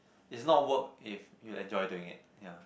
is not work if you enjoy doing it ya